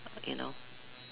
okay no